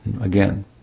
Again